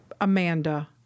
Amanda